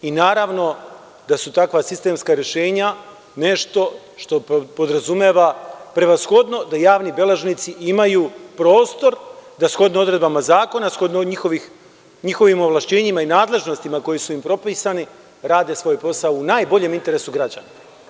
I naravno da su takva sistemska rešenja nešto što podrazumeva prevashodno da javni beležnici imaju prostor da shodno odredbama zakona, shodno njihovim ovlašćenjima i nadležnostima koje su im propisani, rade svoj posao u najboljem interesu građana.